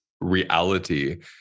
reality